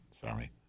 Sorry